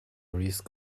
risk